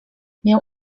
miał